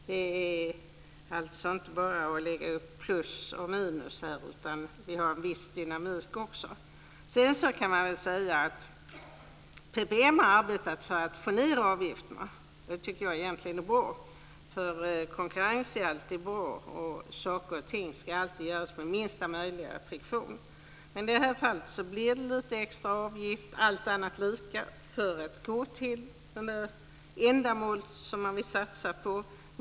Det är alltså inte bara att lägga ihop plus och minus, utan vi har också en viss dynamik. Sedan kan man säga att PPM har arbetat för att få ned avgifterna. Det tycker jag egentligen är bra. Konkurrens är alltid bra, och saker och ting ska alltid göras med minsta möjliga friktion. Men i detta fall blir det lite högre avgift, allt annat lika, för att pengar ska kunna gå till det ändamål som man vill satsa på.